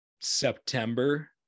September